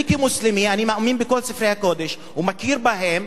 אני כמוסלמי מאמין בכל ספרי הקודש ומכיר בהם